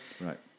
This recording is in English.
Right